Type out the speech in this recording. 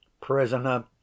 prisoner